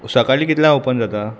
सकाळीं कितल्यांक ओपन जाता